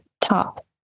top